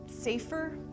safer